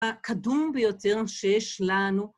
הקדום ביותר שיש לנו.